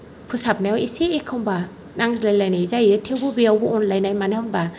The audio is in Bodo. फोसाबनायाव एसे एखनब्ला नांज्लायलायनाय जायो थेवबो बेयावबो अनज्लायनाय मानो होनोब्ला